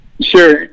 Sure